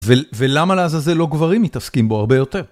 ולמה לעזאזל לא גברים מתעסקים בו הרבה יותר?